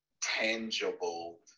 tangible